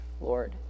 Lord